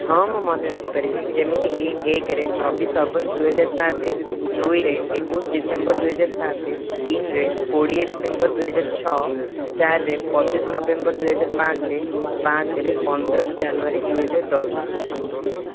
ହଁ ମୁଁ ମନେ ରଖିପାରିବି ଯେମିତିକି ଏକରେ ଛବିଶ ଅଗଷ୍ଟ ଦୁଇହଜାର ସାତ ଦୁଇରେ ଏକୋଇଶ ଡିସେମ୍ବର ଦୁଇହଜାର ସାତ ତିନିରେ କୋଡ଼ିଏ ଡିସେମ୍ବର ଦୁଇହଜାର ଛଅ ଚାରିରେ ପଚିଶ ନଭେମ୍ବର ଦୁଇହଜାର ପାଞ୍ଚ ପାଞ୍ଚରେ ପନ୍ଦର ଜାନୁଆରୀ ଦୁଇହଜାର ଦଶ